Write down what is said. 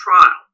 trial